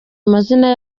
amazina